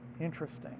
Interesting